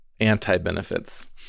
anti-benefits